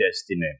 destiny